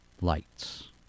lights